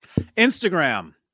Instagram